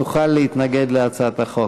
תוכל להתנגד להצעת החוק.